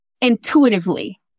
intuitively